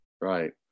Right